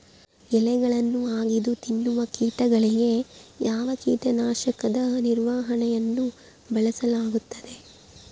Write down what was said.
ಎಲೆಗಳನ್ನು ಅಗಿದು ತಿನ್ನುವ ಕೇಟಗಳಿಗೆ ಯಾವ ಕೇಟನಾಶಕದ ನಿರ್ವಹಣೆಯನ್ನು ಬಳಸಲಾಗುತ್ತದೆ?